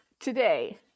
Today